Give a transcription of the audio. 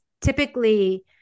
typically